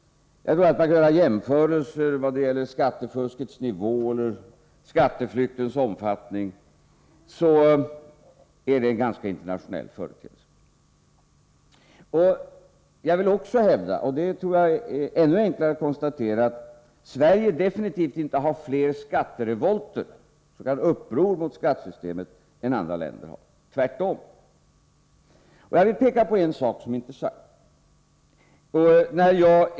Om man gör jämförelser i vad gäller skattefuskets nivå eller skatteflyktens omfattning så finner man att det är en ganska internationell företeelse. Jag vill också hävda — och det gäller ett förhållande som jag tror är ännu enklare att konstatera — att Sverige definitivt inte har fler skatterevolter, s.k. uppror mot skattesystemet, än andra länder har, tvärtom. Jag vill peka på en sak som är intressant.